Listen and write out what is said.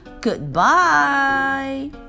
goodbye